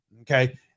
Okay